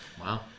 Wow